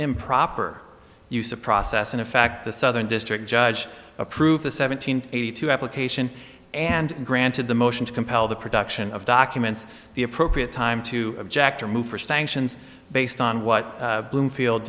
improper use of process and in fact the southern district judge approved the seven hundred eighty two application and granted the motion to compel the production of documents the appropriate time to object or move for sanctions based on what bloomfield